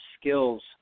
skills